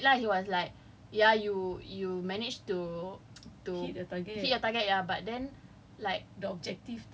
kan so like that's what he said lah he was like ya you you managed to to hit your target ya but then